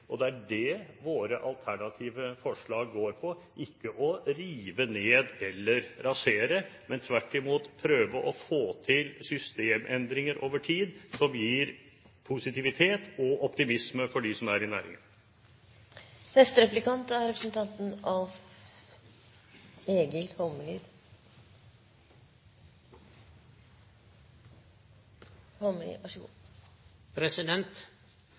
endringer. Det er det våre alternative forslag går på – ikke å rive ned eller rasere, men tvert imot prøve å få til systemendringer over tid som gir positivitet og optimisme for dem som er i næringen. Framstegspartiet har vore ærleg nok til å seie at når dei kuttar i budsjetta til landbruket, så